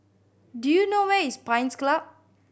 do you know where is Pines Club